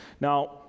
now